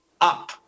up